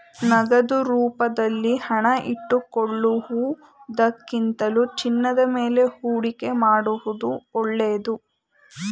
ನಗದು ರೂಪದಲ್ಲಿ ಹಣ ಇಟ್ಟುಕೊಳ್ಳುವುದಕ್ಕಿಂತಲೂ ಚಿನ್ನದ ಮೇಲೆ ಹೂಡಿಕೆ ಮಾಡುವುದು ಒಳ್ಳೆದು